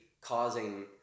causing